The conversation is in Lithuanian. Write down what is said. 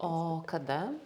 o kada